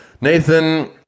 Nathan